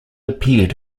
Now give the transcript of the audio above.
appeared